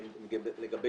לגבי